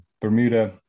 Bermuda